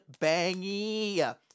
bangy